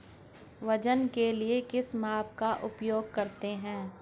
वजन के लिए किस माप का उपयोग करते हैं?